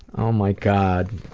oh my god.